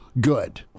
good